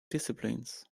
disciplines